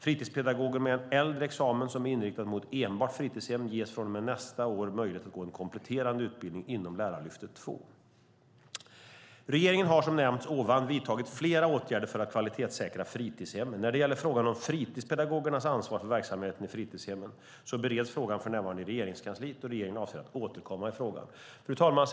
Fritidspedagoger med en äldre examen som är inriktad mot enbart fritidshem ges från och med nästa år möjlighet att gå en kompletterande utbildning inom Lärarlyftet 2. Regeringen har som nämnts ovan vidtagit flera åtgärder för att kvalitetssäkra fritidshemmen. Frågan om fritidspedagogernas ansvar för verksamheten i fritidshemmen bereds för närvarande i Regeringskansliet. Regeringen avser att återkomma i frågan. Fru talman!